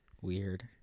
weird